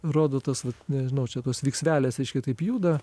atrodo tas nežinau čia tos viksvelės reiškia taip juda